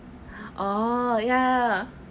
oh yeah